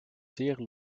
zeer